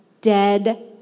dead